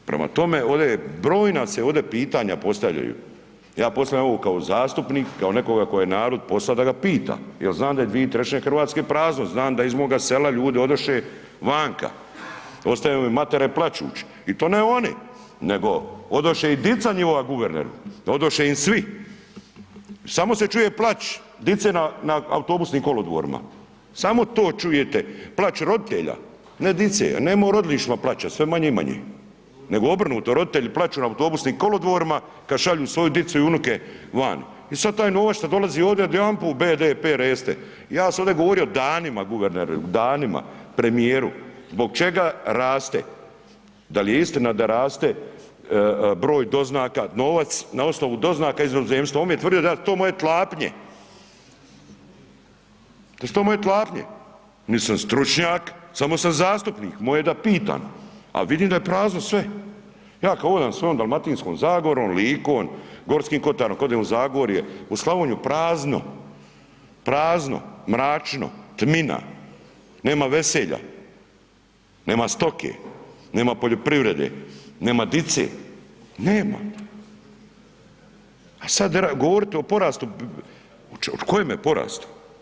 Prema tome, ovdje je, brojna se ovdje pitanja postavljaju, ja postavljam ovo kao zastupnik, kao nekoga koga je narod poslao da ga pita jel znan da je 2/3 RH prazno, znan da iz moga sela ljudi odoše vanka, ostavljaju matere plačuć i to ne oni, nego odoše i dica njiova guverneru, odoše im svi, samo se čuje plač dice na, na autobusnim kolodvorima, samo to čujete, plač roditelja, ne dice, nema u rodilištima plača, sve manje i manje, nego obrnuto roditelji plaču na autobusnim kolodvorima kad šalju svoju dicu i unuke vani i sav taj novac što dolazi ovdi odjedanput BDP reste, ja sam ovdje govorio danima guverneru, danima premijeru zbog čega raste, da li je istina da raste broj doznaka, novac na osnovu doznaka iz inozemstva, on mi je tvrdio da su to moje tlapnje, da su to moje tlapnje, nit sam stručnjak, samo sam zastupnik, moje je da pitan, a vidim da je prazno sve, ja kad odam svojom Dalmatinskom Zagorom, Likom, Gorskim kotarom, kad odem u Zagorje, u Slavoniju, prazno, prazno, mračno, tmina, nema veselja, nema stoke, nema poljoprivrede, nema dice, nema, a sad govoriti o porastu, o kojeme porastu.